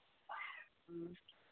ꯎꯝ